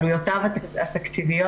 עלויותיו התקציביות,